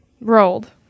Rolled